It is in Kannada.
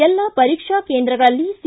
ಎಲ್ಲ ಪರೀಕ್ಷಾ ಕೇಂದ್ರಗಳಲ್ಲಿ ಸಿ